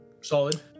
Solid